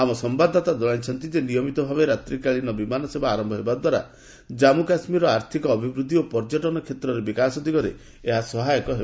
ଆମ ସମ୍ଘାଦଦାତା ଜଣାଇଛନ୍ତି ଯେ ନିୟମିତ ଭାବେ ରାତ୍ରିକାଳୀନ ବିମାନ ସେବା ଆରମ୍ଭ ହେବା ଦ୍ୱାରା ଜାମ୍ଗ କାଶ୍ରୀରର ଆର୍ଥିକ ଅଭିବୃଦ୍ଧି ଓ ପର୍ଯ୍ୟଟନ କ୍ଷେତ୍ରର ବିକାଶ ଦିଗରେ ଏହା ସହାୟକ ହେବ